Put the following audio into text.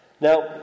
now